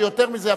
ויותר מזה,